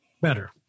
better